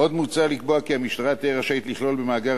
עוד מוצע לקבוע כי המשטרה תהיה רשאית לכלול במאגר